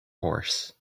horse